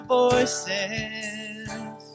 voices